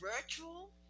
virtual